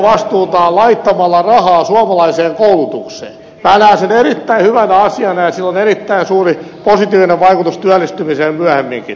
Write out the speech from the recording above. minä näen sen erittäin hyvänä asiana ja sillä on erittäin suuri positiivinen vaikutus työllistymiseen myöhemminkin